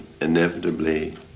inevitably